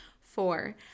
Four